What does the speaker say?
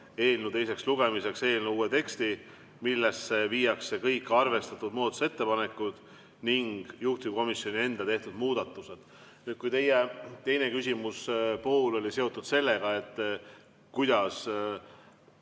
eelnõu teiseks lugemiseks eelnõu uue teksti, millesse viiakse sisse kõik arvestatud muudatusettepanekud ning juhtivkomisjoni enda tehtud muudatused. Teie küsimuse teine pool oli seotud sellega, kuidas